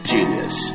Genius